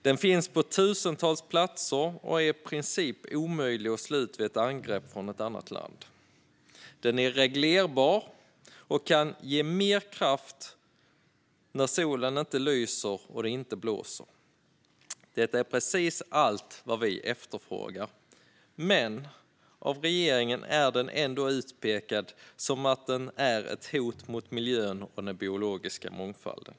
Den finns på tusentals platser och är i princip omöjlig att slå ut vid ett angrepp från ett annat land. Den är reglerbar och kan ge mer kraft när solen inte skiner och det inte blåser. Detta är precis allt vi efterfrågar. Men av regeringen är den ändå utpekad som ett hot mot miljön och den biologiska mångfalden.